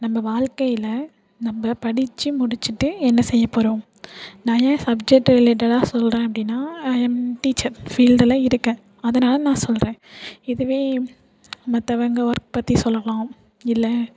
நம்ம வாழ்க்கையில் நம்ம படித்து முடித்துட்டு என்ன செய்யப்போகிறோம் நான் என் சப்ஜெட்டு ரிலேட்டடாக சொல்கிறேன் அப்படின்னா என் டீச்சர் ஃபீல்டில் இருக்கேன் அதனால நான் சொல்கிறேன் இதுவே மற்றவங்க ஒர்க் பற்றி சொல்லலாம் இல்லை